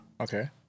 Okay